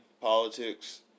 politics